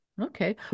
Okay